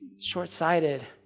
short-sighted